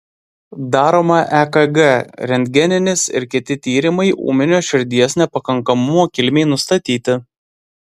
daroma ekg rentgeninis ir kiti tyrimai ūminio širdies nepakankamumo kilmei nustatyti